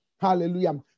Hallelujah